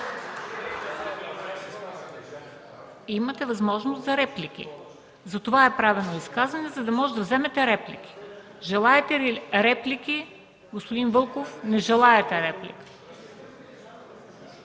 Имате възможност за реплики. Затова е правено изказване, за да можете да вземете реплики. Желаете ли реплика, господин Вълков? Не желаете.